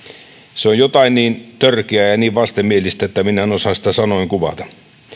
se on jotain niin törkeää ja niin vastenmielistä että minä en osaa sitä sanoin kuvata